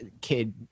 kid